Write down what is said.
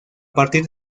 partir